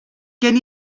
gen